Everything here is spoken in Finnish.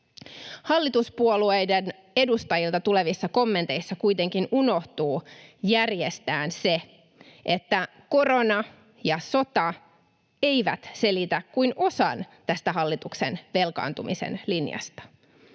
Hallituspuolueiden edustajilta tulevissa kommenteissa kuitenkin unohtuu järjestään se, että korona ja sota eivät selitä kuin osan tästä hallituksen velkaantumisen linjasta.